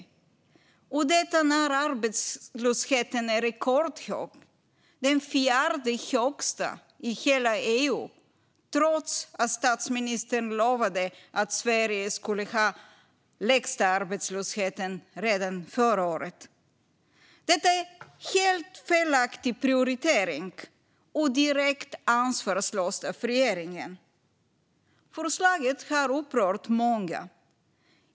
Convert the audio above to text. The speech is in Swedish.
Det här sker när arbetslösheten är rekordhög, den fjärde högsta i hela EU, trots att statsministern lovade att Sverige redan förra året skulle ha den lägsta arbetslösheten. Detta är en helt felaktig prioritering och direkt ansvarslöst av regeringen. Förslaget har upprört många.